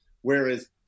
whereas